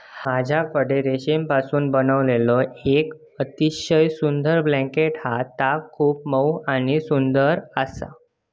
माझ्याकडे रेशीमपासून बनविलेला येक अतिशय सुंदर ब्लँकेट हा ता खूप मऊ आणि सुंदर आसा